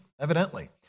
Evidently